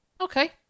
okay